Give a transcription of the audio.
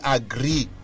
agree